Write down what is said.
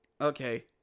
Okay